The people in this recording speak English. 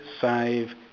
save